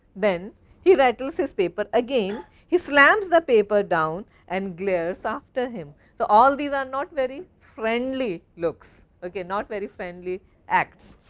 then he rattles his paper, again he slams the paper down and glares after him. so, all these are not very friendly looks not very friendly acts.